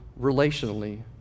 relationally